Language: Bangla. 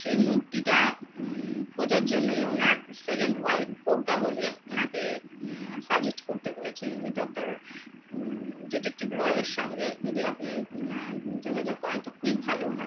সে মূর্তিটা খোঁজার জন্যই ওনার সেকেণ্ড ওয়াইফ প্রজ্ঞা বলে ওনাকে সাজেস্ট করতে বলেছেন যে ডক্টর ডিটেক্টিভ রয়ের সঙ্গে যদি আপনি যোগাযোগ করেন তো খুবই ভালো হয়